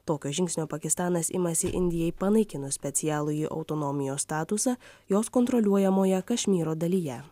tokio žingsnio pakistanas imasi indijai panaikinus specialųjį autonomijos statusą jos kontroliuojamoje kašmyro dalyje